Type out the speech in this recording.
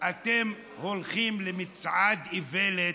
אתם הולכים למצעד איוולת,